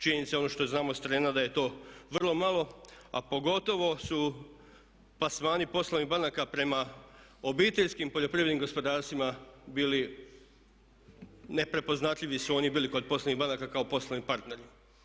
Činjenica je ono što znamo s terena da je to vrlo malo, a pogotovo su plasmani poslovnih banaka prema obiteljskim poljoprivrednim gospodarstvima bili neprepoznatljivi kod poslovnih banaka kao poslovni partneri.